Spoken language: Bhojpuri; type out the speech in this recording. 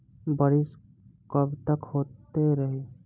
बरिस कबतक होते रही?